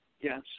yes